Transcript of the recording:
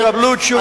תקבלו תשובה.